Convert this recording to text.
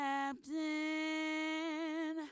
Captain